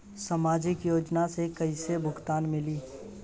सामाजिक योजना से कइसे भुगतान मिली?